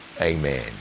amen